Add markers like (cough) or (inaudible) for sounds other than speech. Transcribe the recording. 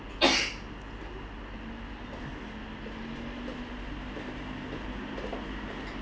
(noise)